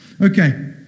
Okay